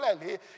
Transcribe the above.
clearly